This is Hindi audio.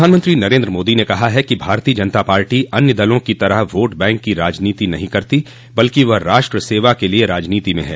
प्रधानमंत्री नरेन्द्र मोदी ने कहा है कि भारतीय जनता पार्टी अन्य दलों की तरह वोट बैंक की राजनीति नहीं करती बल्कि वह राष्ट्र सेवा के लिए राजनीति में है